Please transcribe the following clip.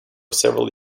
several